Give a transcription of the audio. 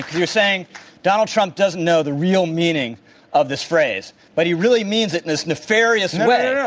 you're saying donald trump doesn't know the real meaning of this phrase, but he really means it in this nefarious way?